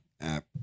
app